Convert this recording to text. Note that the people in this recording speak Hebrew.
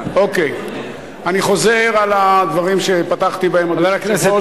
אני חוזר על הדברים שפתחתי בהם, אדוני היושב-ראש.